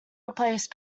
replaced